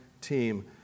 team